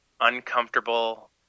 uncomfortable